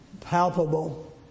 palpable